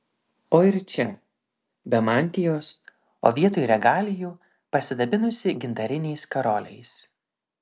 o ir čia be mantijos o vietoj regalijų pasidabinusi gintariniais karoliais